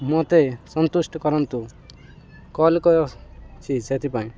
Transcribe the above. ମୋତେ ସନ୍ତୁଷ୍ଟ କରନ୍ତୁ କଲ୍ କରିଛି ସେଥିପାଇଁ